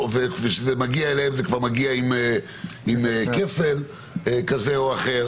וכשזה מגיע אליהם זה כבר מגיע עם כפל כזה או אחר